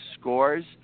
scores